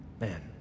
Man